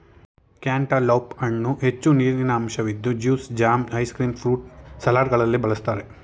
cantaloupe ಹಣ್ಣು ಹೆಚ್ಚು ನೀರಿನಂಶವಿದ್ದು juice, jam, ice cream, fruit ಸಲಾಡ್ಗಳಲ್ಲಿ ಬಳ್ಸತ್ತರೆ